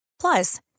Plus